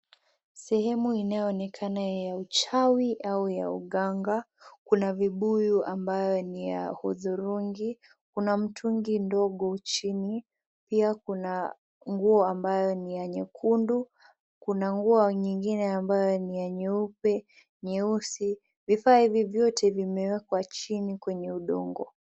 Sehemu inayoonekana ya uchawi au ya uganga. Kuna vibuyu ambayo ni ya hudhurungi, kuna mtungi ndogo chini. Pia kuna nguo ambayo ni ya nyekundu, kuna nguo nyingine ambayo ni ya nyeupe, nyeusi. Vifaa hivi vyote vimewekwa chini kwenye udongo.